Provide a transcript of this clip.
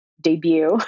debut